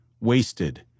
Wasted